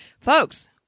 folks